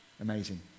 Amazing